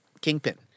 Kingpin